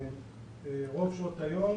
רוב שעות היום.